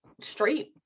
straight